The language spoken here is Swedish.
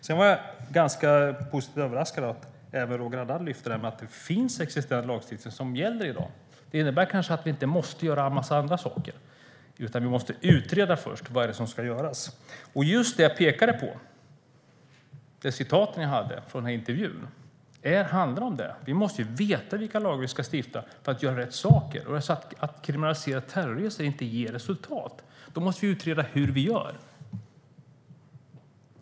Sedan var jag ganska positivt överraskad av att även Roger Haddad lyfte det här med att det finns lagstiftning som gäller i dag. Det innebär kanske att vi inte måste göra en massa andra saker. Vi måste först utreda vad det är som ska göras. Det jag pekade på och citaten jag hade från intervjun handlar om detta. Vi måste veta vilka lagar vi ska stifta för att göra rätt saker. Ger det inte resultat att kriminalisera terrorresor måste vi utreda hur vi ska göra.